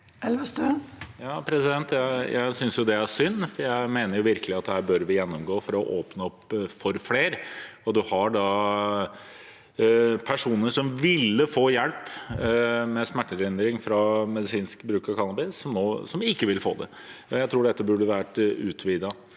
Jeg syns det er synd, for jeg mener virkelig at vi bør gjennomgå dette for å åpne opp for flere. Man har personer som ville fått hjelp med smertelindring fra medisinsk bruk av cannabis som ikke får det. Jeg tror dette burde vært utvidet.